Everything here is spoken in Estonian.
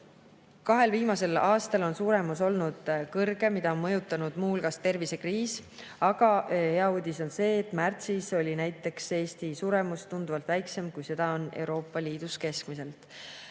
Kahel viimasel aastal on suremus olnud kõrgem, mida on mõjutanud muu hulgas tervisekriis. Aga hea uudis on see, et märtsis oli näiteks Eesti suremus tunduvalt väiksem, kui see on Euroopa Liidus keskmiselt.